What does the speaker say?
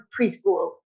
preschool